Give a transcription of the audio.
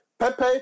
Pepe